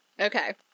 Okay